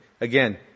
Again